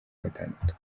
gatandatu